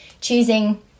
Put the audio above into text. choosing